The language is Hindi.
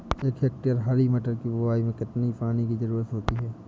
एक हेक्टेयर हरी मटर की बुवाई में कितनी पानी की ज़रुरत होती है?